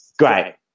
great